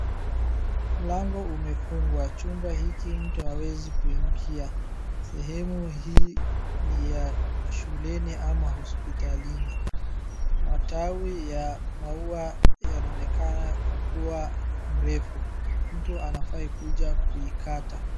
Mlango umefungwa chumba hii mtu hawezi kuingia. Sehemu hii ni ya shuleni ama hospitalini, matawi ya maua yanaonekana kua mrefu mtu anafaa kuja kuikata.